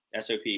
SOP